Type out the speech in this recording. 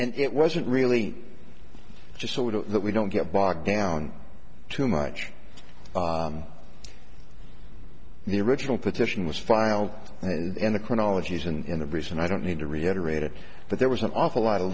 and it wasn't really just sort of that we don't get bogged down too much in the original petition was filed and the chronologies and the reason i don't need to reiterate it but there was an awful lot of